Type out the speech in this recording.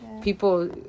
people